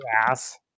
ass